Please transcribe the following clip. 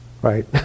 Right